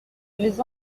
les